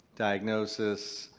diagnosis,